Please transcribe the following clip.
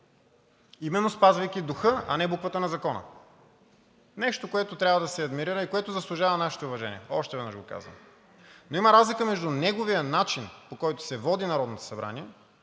именно спазвайки духа, а не буквата на закона, нещо, което трябва да се адмирира и което заслужава нашите уважения – още веднъж го казвам. Но има разлика между неговия начин, по който се води Народното събрание,